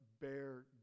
bear